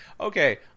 okay